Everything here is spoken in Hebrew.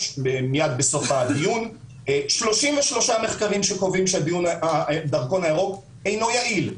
מיד בסוף הדיון 33 מחקרים שקובעים שהדרכון הירוק אינו יעיל.